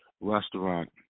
restaurant